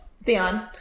Theon